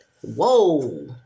Whoa